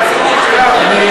הצביעו לנו 90% מהציבור שלנו,